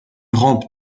rampe